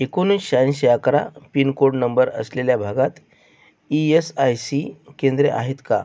एकोणीस शहाऐंशी अकरा पिनकोड नंबर असलेल्या भागात ई एस आय सी केंद्रे आहेत का